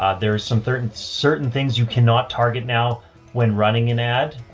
ah, there is some certain, certain things you cannot target. now when running an ad,